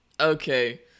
Okay